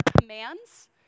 commands